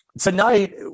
tonight